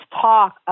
talk